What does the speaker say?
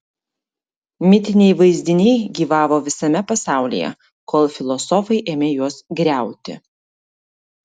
mitiniai vaizdiniai gyvavo visame pasaulyje kol filosofai ėmė juos griauti